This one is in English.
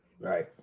Right